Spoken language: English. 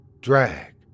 Drag